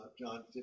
John